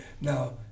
Now